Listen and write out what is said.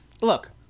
Look